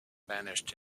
banished